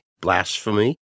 blasphemy